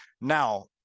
Now